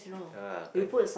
ah correct